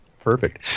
perfect